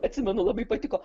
atsimenu labai patiko